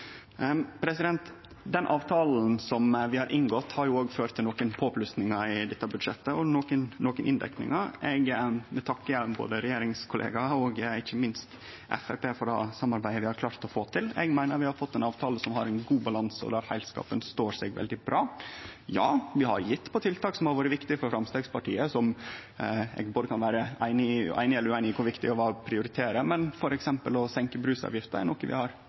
Den avtalen vi har inngått, har òg ført til nokre påplussingar i dette budsjettet og nokre inndekningar. Eg vil takke både regjeringskollegaar og ikkje minst Framstegspartiet for det samarbeidet vi har klart å få til. Eg meiner vi har fått ein avtale som har ein god balanse, og der heilskapen står seg veldig bra. Ja, vi har gjeve på tiltak som har vore viktige for Framstegspartiet som eg kan vere både einig eller ueinig i kor viktig var å prioritere, men f.eks. å senke brusavgifta er noko vi har